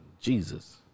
Jesus